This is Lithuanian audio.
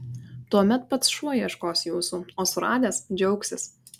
tuomet pats šuo ieškos jūsų o suradęs džiaugsis